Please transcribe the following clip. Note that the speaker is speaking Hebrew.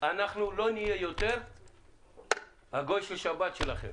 שאנחנו יותר לא נהיה הגוי של שבת שלכם.